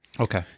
Okay